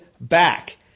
back